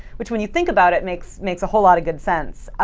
which, when you think about it, makes makes a whole lot of good sense,